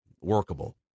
workable